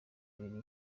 abiri